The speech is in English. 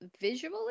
Visually